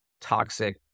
toxic